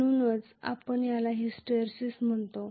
म्हणूनच आपण याला हिस्टरेसिस म्हणतो